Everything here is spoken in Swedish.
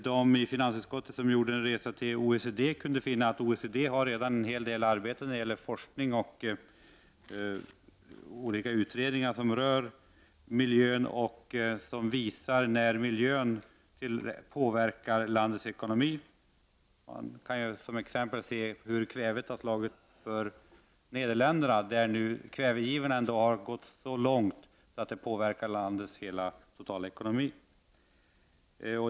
De i finansutskottet som gjorde en resa till OECD kunde finna att OECD redan har utfört en hel del arbete när det gäller forskning och utredningar som rör miljön och som visar när miljön påverkar landets ekonomi. T.ex. kan man se hur kvävet har påverkat Nederländerna. Utsläppen av kväve har nu gått så långt att de påverkar landets totala ekonomi.